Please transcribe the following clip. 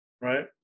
Right